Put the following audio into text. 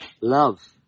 love